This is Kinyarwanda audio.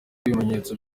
ibimenyetso